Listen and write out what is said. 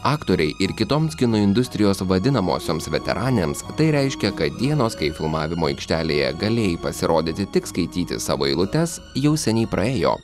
aktorei ir kitoms kino industrijos vadinamosioms veteranėms tai reiškia kad dienos kai filmavimo aikštelėje galėjai pasirodyti tik skaityti savo eilutes jau seniai praėjo